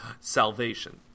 salvation